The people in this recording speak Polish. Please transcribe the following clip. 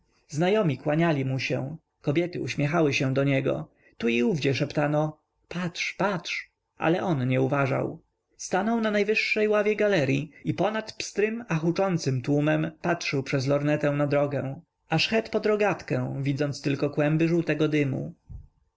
znajomi kłaniali mu się kobiety uśmiechały się do niego tu i owdzie szeptano patrz patrz ale on nie uważał stanął na najwyższej ławie galeryi i ponad pstrym a huczącym tłumem patrzył przez lornetę na drogę aż het pod rogatkę widząc tylko kłęby żółtego